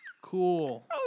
Cool